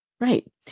Right